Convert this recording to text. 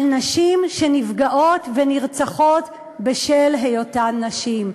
על נשים שנפגעות ונרצחות בשל היותן נשים.